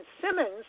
Simmons